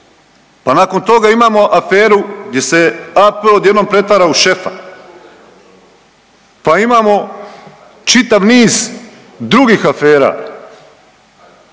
Pa nakon toga imamo aferu gdje se AP odjednom pretvara u šefa. Pa imamo čitav niz drugih afera,